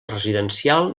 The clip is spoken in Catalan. residencial